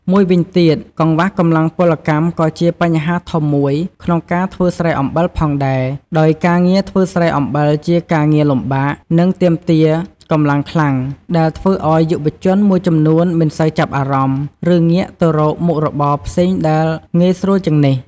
មួយវិញទៀតកង្វះកម្លាំងពលកម្មក៏ជាបញ្ហាធំមួយក្នុងការធ្វើស្រែអំបិលផងដែរ ដោយការងារធ្វើស្រែអំបិលជាការងារលំបាក និងទាមទារកម្លាំងខ្លាំង ដែលធ្វើឱ្យយុវជនមួយចំនួនមិនសូវចាប់អារម្មណ៍ ឬងាកទៅរកមុខរបរផ្សេងដែលងាយស្រួលជាងនេះ។